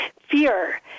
fear